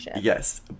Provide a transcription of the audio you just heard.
yes